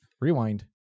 Rewind